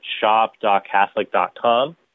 shop.catholic.com